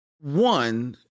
one